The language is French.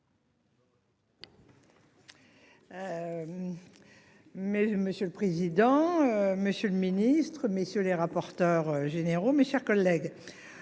monsieur le président, Monsieur le ministre, messieurs les rapporteurs généraux, mes chers collègues.